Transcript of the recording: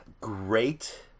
great